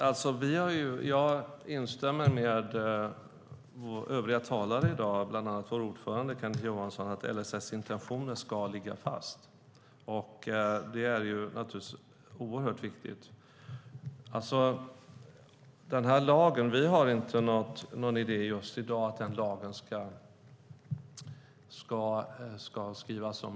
Herr talman! Jag instämmer med övriga talare i dag, bland annat vår ordförande Kenneth Johansson, om att intentionerna i LSS ska ligga fast. Det är naturligtvis oerhört viktigt. Vi har i dag inte någon idé om att denna lag ska skrivas om.